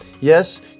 Yes